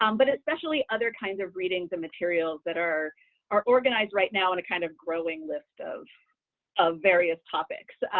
um but especially other kinds of readings and materials that are are organized right now in a kind of growing list of of various topics.